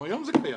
גם היום זה קיים.